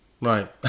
Right